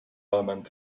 element